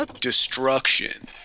Destruction